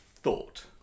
Thought